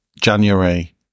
January